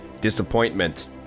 disappointment